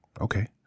Okay